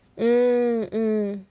mm mm